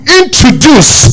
introduce